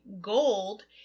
gold